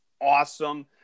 awesome